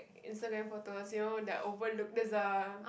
Instagram photos you know that overlook there's a